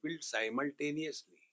simultaneously